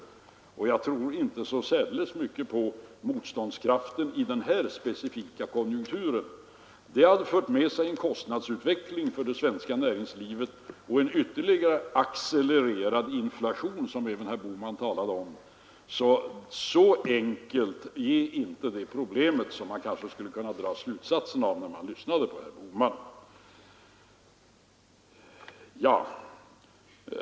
Jag tror inte så särdeles mycket på motståndskraften i den här specifika konjunkturen. Det hade fört med sig en kostnadsutveckling för det svenska näringslivet och en ytterligare accelererad inflation — som även herr Bohman talade om. Så enkelt är inte det problemet som man kanske kunde tro när man lyssnade på herr Bohman.